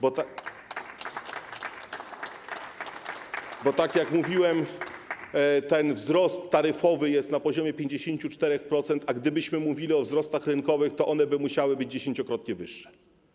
Bo tak jak mówiłem, ten wzrost taryfowy jest na poziomie 54%, a gdybyśmy mówili o wzrostach rynkowych, to musiałoby to być dziesięciokrotnie wyższe.